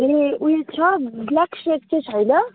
ए ऊ यो छ ब्ल्याक सेक चाहिँ छैन